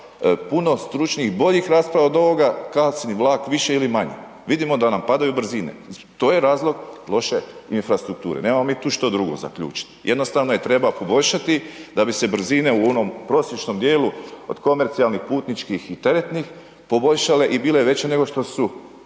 puno stručnih boljih rasprava od ovoga, kasni vlak više ili manje, vidimo da nam padaju brzine, to je razlog loše infrastrukture, nemamo mi tu što drugo zaključit, jednostavno je treba poboljšati da bi se brzine u onom prosječnom dijelu od komercionalnih, putničkih i teretnih poboljšale i bile veće nego što su